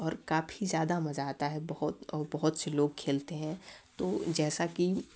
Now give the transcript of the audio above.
और काफ़ी ज़्यादा मज़ा आता है बहुत और बहुत से लोग खेलते हैं तो जैसा कि